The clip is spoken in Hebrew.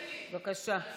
בבקשה.